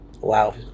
Wow